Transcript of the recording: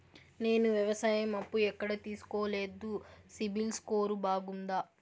నేను వ్యవసాయం అప్పు ఎక్కడ తీసుకోలేదు, సిబిల్ స్కోరు బాగుందా?